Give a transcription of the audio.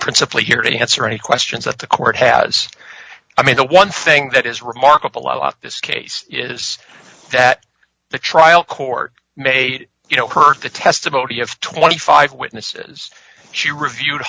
principle here to answer any questions that the court has i mean the one thing that is remarkable on this case is that the trial court may you know hurt the testimony of twenty five witnesses she reviewed